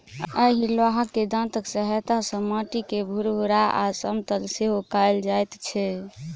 एहि लोहाक दाँतक सहायता सॅ माटि के भूरभूरा आ समतल सेहो कयल जाइत छै